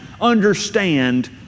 understand